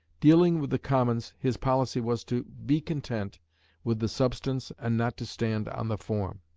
dealing with the commons, his policy was to be content with the substance and not to stand on the form.